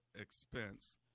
expense